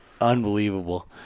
unbelievable